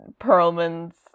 Perlman's